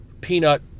peanut